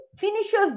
finishes